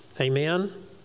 Amen